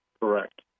Correct